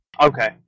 okay